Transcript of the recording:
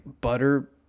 butter